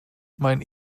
mein